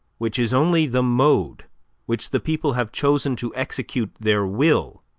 which is only the mode which the people have chosen to execute their will,